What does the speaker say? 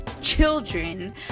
children